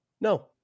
No